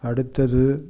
அடுத்தது